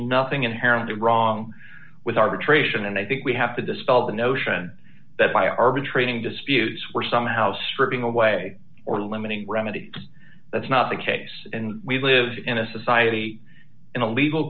nothing inherently wrong with arbitration and i think we have to dispel the notion that by arbitrating disputes we're somehow stripping away or limiting remedies that's not the case and we live in a society in a legal